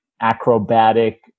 acrobatic